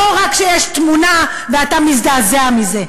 לא רק כשיש תמונה ואתה מזדעזע מזה.